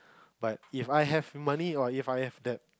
but If I have money or If I have that